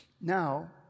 Now